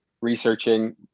researching